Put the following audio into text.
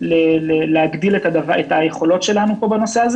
להגדיל את היכולות שלנו בנושא הה.